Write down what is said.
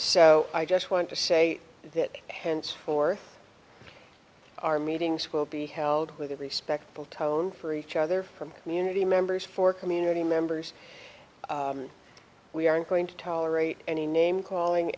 so i just want to say that henceforth our meetings will be held with a respectable tone for each other from community members for community members we aren't going to tolerate any namecalling